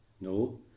No